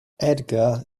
edgar